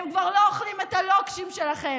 הם כבר לא אוכלים את הלוקשים שלכם.